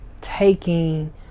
taking